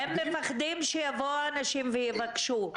הם מפחדים שיבואו אנשים ויבקשו.